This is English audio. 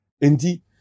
Indeed